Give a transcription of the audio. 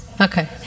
okay